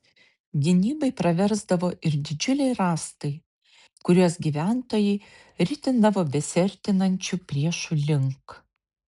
gynybai praversdavo ir didžiuliai rąstai kuriuos gyventojai ritindavo besiartinančių priešų link